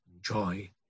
joy